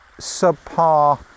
subpar